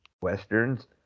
westerns